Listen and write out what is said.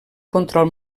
control